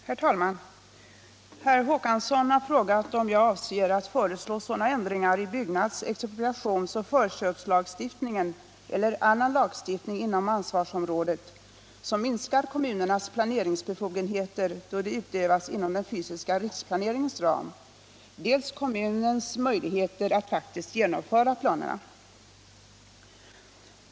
Herr talman! Herr Håkansson i Trelleborg har frågat mig om jag avser att föreslå sådana ändringar i byggnads-, expropriations och förköpslagstiftningen eller annan lagstiftning inom ansvarsområdet som minskar dels kommunernas planeringsbefogenheter då de utövas inom den fysiska riksplaneringens ram, dels kommunens möjligheter att faktiskt genomföra planerna.